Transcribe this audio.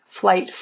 flight